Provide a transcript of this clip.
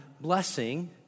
blessing